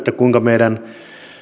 kuinka meidän